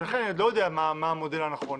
לכן אני לא יודע מה המודל הנכון.